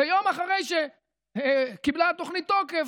ויום אחרי שקיבלה התוכנית תוקף,